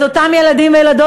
את אותם ילדים וילדות,